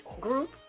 group